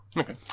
Okay